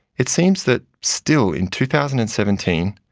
it seems that, still, in two thousand and seventeen,